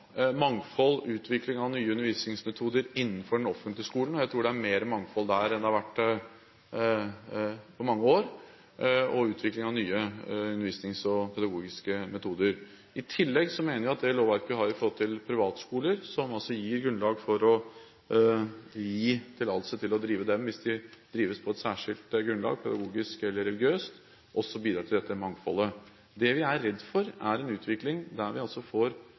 mangfold og utvikling av nye undervisningsmetoder innenfor den offentlige skolen. Jeg tror det er mer mangfold der nå enn det har vært på mange år, med utvikling av nye undervisningsmetoder og nye pedagogiske metoder. I tillegg mener vi at det lovverket vi har for privatskoler, som gir grunnlag for å gi tillatelse til å drive dem hvis de drives på et særskilt grunnlag – pedagogisk eller religiøst – også bidrar til dette mangfoldet. Det vi er redd for, er en utvikling der vi får omfattende privatisering av fellesskolen, der vi får